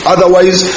Otherwise